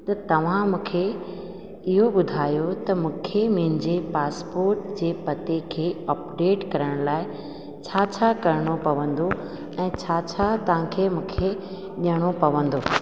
त तव्हां मूंखे इहो ॿुधायो त मूंखे मुंहिंजे पासपोट जे पते खे अपडेट कराइण लाइ छा छा करिणो पवंदो ऐं छा छा तव्हांखे मूंखे ॾियणो पवंदो